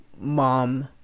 mom